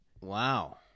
Wow